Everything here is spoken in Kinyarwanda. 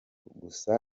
gusa